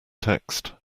text